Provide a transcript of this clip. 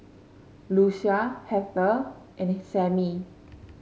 Lucia Heather and Samie